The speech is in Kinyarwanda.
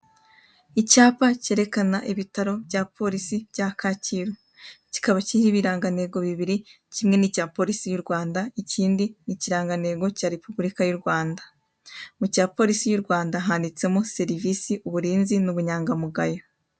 Icyapa kerekana ibitaro bya polisi bya Kacyiru, kikaba kiriho ibirangantego bibiri kimwe ni icya polisi y'u Rwanda ikindi ni ikirangantego cya repubulika y'u Rwanda, mu cya polisi y'u Rwanda handitsemo serivisi, uburinzi n'ubunyangamugayo.